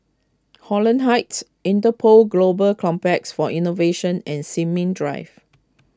Holland Heights Interpol Global Complex for Innovation and Sin Ming Drive